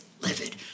livid